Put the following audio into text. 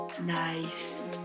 nice